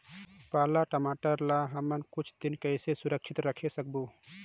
पाला टमाटर ला हमन कुछ दिन कइसे सुरक्षित रखे सकबो?